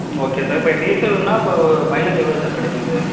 okay sir இப்போ டீசல்ன்னா இப்போ மைலேஜ் எவ்வளோ சார் கிடைக்கும் இது